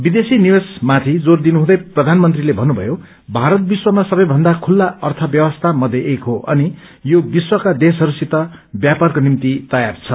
विदेशी निवेशमाथि जोर दिनुहुँदै प्रधानमन्त्रीले भन्नुभएको छ भारत विश्वमा सबैभन्दा खुल्ला अर्थव्यवस्था मध्ये एक हो अनि यो विश्वका देशहस्तसित व्यापारको निम्ति तयार छ